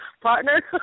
partner